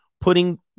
putting